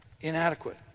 inadequate